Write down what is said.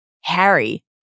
Harry